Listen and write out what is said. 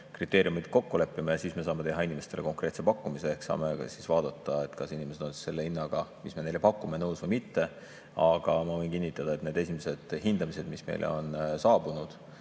kriteeriumid kokku leppima ja seejärel me saame teha inimestele konkreetse pakkumise ehk saame vaadata, kas inimesed on selle hinnaga, mis me neile pakume, nõus või mitte. Aga ma võin kinnitada, et need esimesed hindamised, mis meile on saabunud,